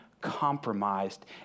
compromised